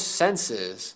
senses